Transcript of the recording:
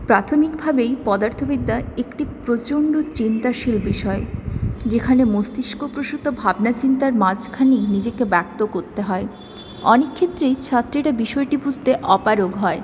প্রাথমিকভাবেই পদার্থবিদ্যা একটি প্রচন্ড চিন্তাশীল বিষয় যেখানে মস্তিষ্ক প্রসূত ভাবনাচিন্তার মাঝখানে নিজেকে ব্যক্ত কততে হয় অনেক ক্ষেত্রেই ছাত্রীরা বিষয়টি বুঝতে অপারগ হয়